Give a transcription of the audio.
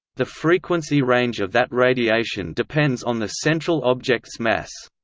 the frequency range of that radiation depends on the central object's mass.